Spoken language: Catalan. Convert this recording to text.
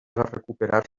recuperar